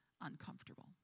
uncomfortable